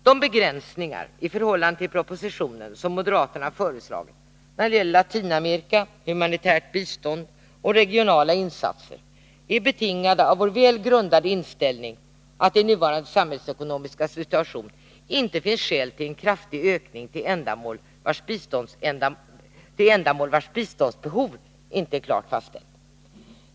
De begränsningar i förhållande till propositionen som moderaterna föreslagit när det - å Härd 5 7; z 5 maj 1982 gäller Latinamerika, humanitärt bistånd och regionala insatser är betingade av vår väl grundade inställning att det i nuvarande samhällsekonomiska G SRS ä Sä Eloa sn ce Internationellt situation inte finns skäl till en kraftig ökning till ändamål vars biståndsbehov utvecklingssamarinte är klart fastställt.